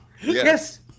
Yes